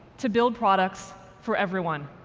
to build products for everyone,